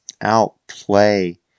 Outplay